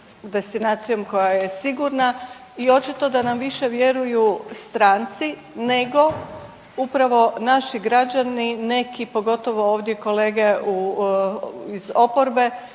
destinacijom koja je sigurna i očito da nam više vjeruju stranci nego upravo naši građani neki pogotovo ovdje kolege iz oporbe